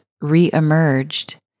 re-emerged